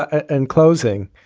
and closing,